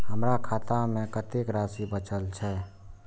हमर खाता में कतेक राशि बचल छे?